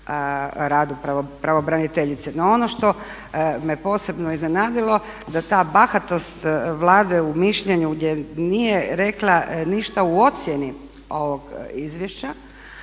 radu pravobraniteljice. No ono što me posebno iznenadilo da ta bahatost Vlade u mišljenju gdje nije rekla ništa u ocjeni ovog izvješća